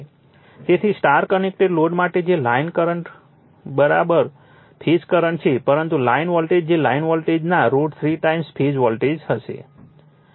તેથી star connected load માટે જે line current line current phase current છે પરંતુ લાઇન વોલ્ટેજ જે લાઇન વોલ્ટેજના √ 3 ટાઈમ ફેઝ વોલ્ટેજ હશે